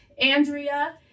Andrea